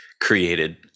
created